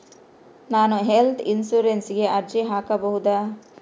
ನಾನು ಹೆಲ್ತ್ ಇನ್ಶೂರೆನ್ಸಿಗೆ ಅರ್ಜಿ ಹಾಕಬಹುದಾ?